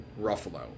Ruffalo